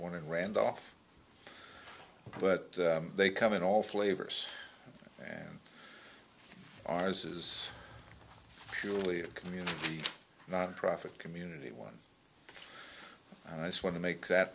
one and randolph but they come in all flavors and ours is surely a community nonprofit community one and i just want to make that